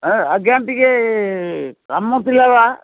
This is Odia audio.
ହଁ ଆଜ୍ଞା ଟିକେ କାମ ଥିଲା ବା